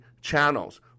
channels